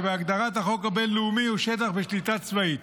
שבהגדרת החוק הבינלאומי הוא שטח בשליטה צבאית?